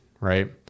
Right